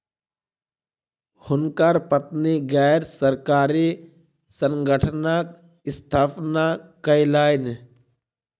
हुनकर पत्नी गैर सरकारी संगठनक स्थापना कयलैन